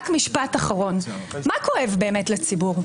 רק משפט אחרון: מה כואב באמת לציבור?